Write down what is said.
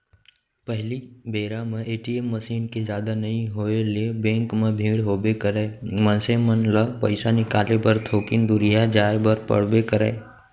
पहिली बेरा म ए.टी.एम मसीन के जादा नइ होय ले बेंक म भीड़ होबे करय, मनसे मन ल पइसा निकाले बर थोकिन दुरिहा जाय बर पड़बे करय